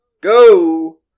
Go